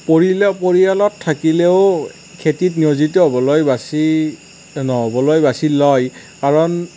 পৰিয়ালত থাকিলেও খেতিত নিয়োজিত হ'বলৈ বাছি নহ'বলৈ বাছি লয় কাৰণ